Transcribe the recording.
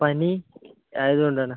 പനി ആയതുകൊണ്ടാണ്